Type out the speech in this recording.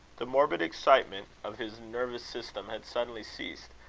the morbid excitement of his nervous system had suddenly ceased,